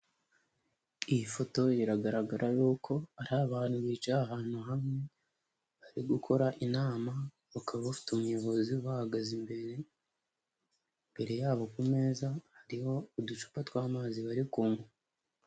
Iyi foto iragaragara yuko ari abantu bicaye ahantu hamwe, bari gukora inama, bakaba bafite umuyobozi ubahagaze imbere, imbere yabo ku meza hariho uducupa tw'amazi bari kunywa.